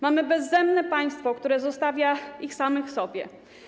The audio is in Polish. Mamy bezzębne państwo, które zostawia ich samych sobie.